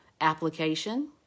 application